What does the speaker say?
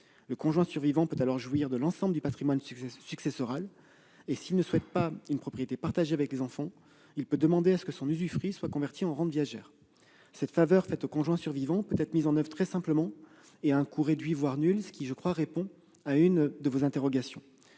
Le conjoint survivant peut alors jouir de l'ensemble du patrimoine successoral, et s'il ne souhaite pas une propriété partagée avec les enfants, il peut demander que son usufruit soit converti en rente viagère. Cette faveur faite au conjoint survivant peut-être mise en oeuvre très simplement, et à un coût réduit, voire nul- ce qui me paraît répondre à l'une de vos interrogations